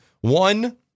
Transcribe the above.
One